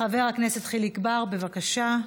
חבר הכנסת חיליק בר, בבקשה.